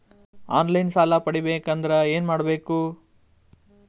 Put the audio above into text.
On line ಸಾಲ ಪಡಿಬೇಕಂದರ ಏನಮಾಡಬೇಕು?